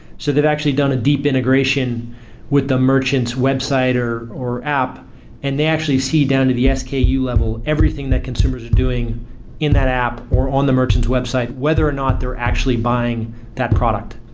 so they've actually done a deep integration with the merchants website, or or app and they actually see down to the yeah sku level everything that consumers are doing in that app or on the merchant's website, whether or not they're actually buying that product.